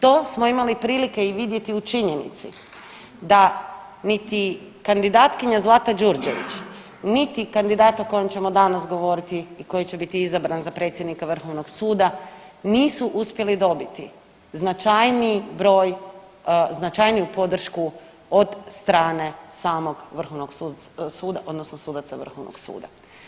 To smo imali prilike i vidjeti u činjenici da niti kandidatkinja Zlata Đurđević, niti kandidat o kojem ćemo danas govoriti i koji će biti izabran za predsjednika vrhovnog suda, nisu uspjeli dobiti značajniji broj, značajniju podršku od strane samog vrhovnog suda odnosno sudaca Vrhovnog suda.